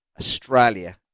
Australia